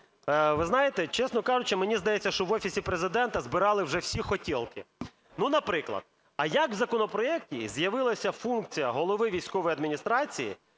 Ви знаєте, чесно кажучи, мені здається, що в Офісі Президента збирали вже всі хотєлки. Ну, наприклад, а як в законопроекті з'явилася функція голови військової адміністрації